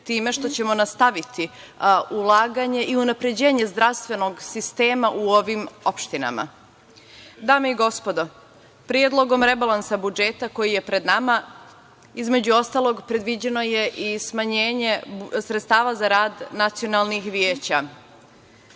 time što ćemo nastaviti ulaganje i unapređenje zdravstvenog sistema u ovim opštinama. Dame i gospodo, Predlogom rebalansa budžeta koji je pred nama, između ostalog, predviđeno je i smanjenje sredstava za rad nacionalnih veća.